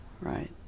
right